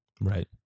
Right